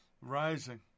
rising